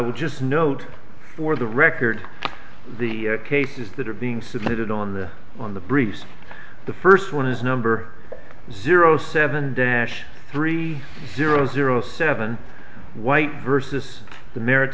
will just note for the record the cases that are being submitted on the on the briefs the first one is number zero seven dash three zero zero seven white versus the marriage